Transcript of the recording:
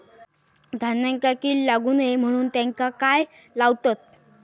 धान्यांका कीड लागू नये म्हणून त्याका काय लावतत?